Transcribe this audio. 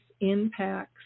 impacts